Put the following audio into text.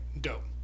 dope